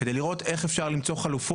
על מנת לראות איך ניתן למצוא חלופות,